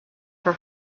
for